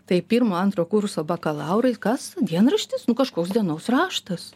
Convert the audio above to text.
tai pirmo antro kurso bakalaurai kas dienraštis nu kažkoks dienos raštas